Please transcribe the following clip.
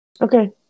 Okay